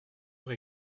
vrai